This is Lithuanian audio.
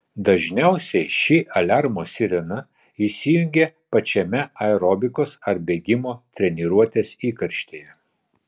dažniausiai ši aliarmo sirena įsijungia pačiame aerobikos ar bėgimo treniruotės įkarštyje